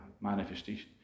manifestation